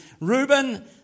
Reuben